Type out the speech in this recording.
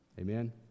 Amen